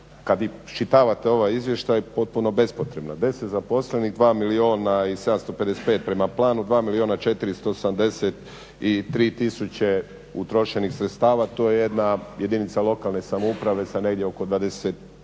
kad i iščitavate ovaj izvještaj potpuno bespotrebna. 10 zaposlenih, 2 milijuna i 755 prema planu, 2 milijuna 483 tisuće utrošenih sredstava, to je jedna jedinica lokalne samouprave sa negdje oko 20-ak